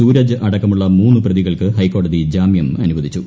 സൂരജ് അടക്കമുള്ള മൂന്നു പ്രതികൾക്ക് ഹൈക്കോടതി ജാമ്യം അനുവദിച്ചു